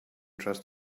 trust